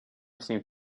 seemed